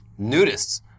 Nudists